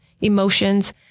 emotions